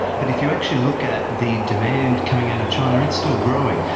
but if you actually look at the demand coming out of china it's still growing.